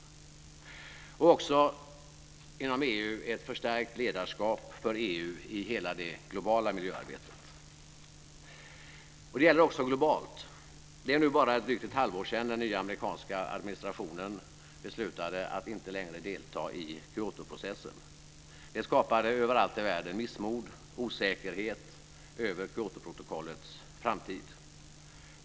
Det handlar också inom EU om ett förstärkt ledarskap för EU i hela det globala miljöarbetet. Detta gäller även globalt. Det är nu bara drygt ett halvår sedan den nya amerikanska administrationen beslutade att inte längre delta i Kyotoprocessen. Överallt i världen skapade det missmod och osäkerhet kring Kyotoprotokollets framtid.